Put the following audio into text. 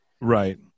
right